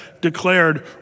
declared